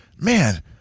man